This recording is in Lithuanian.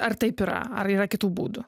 ar taip yra ar yra kitų būdų